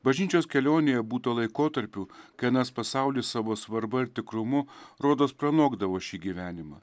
bažnyčios kelionėje būta laikotarpių kai anas pasaulis savo svarba ir tikrumu rodos pranokdavo šį gyvenimą